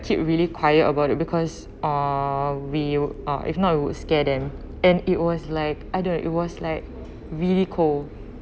keep really quiet about it because uh we are if not it would scare them and it was like I don't know it was like really cold